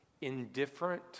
indifferent